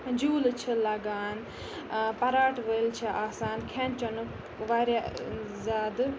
جوٗلہٕ چھِ لَگان پَراٹھ وٲلۍ چھِ آسان کھٮ۪ن چھٮ۪نُک واریاہ زیادٕ